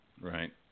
right